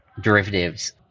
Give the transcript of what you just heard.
derivatives